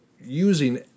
using